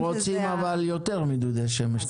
אנחנו רוצים יותר מדודי שמש.